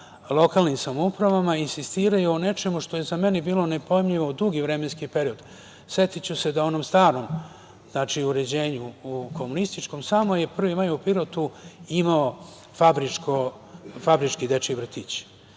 lokalnim samoupravama, insistiraju na nečemu što je meni bilo nepojmljivo dugi vremenski period. Setiću se da u onom starom uređenju, komunističkom, samo je "Prvi maj" u Pirotu imao fabrički dečji vrtić.